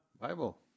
Bible